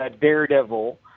Daredevil